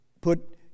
put